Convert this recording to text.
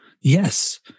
Yes